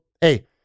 hey